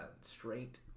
straight